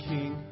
King